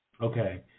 Okay